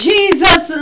Jesus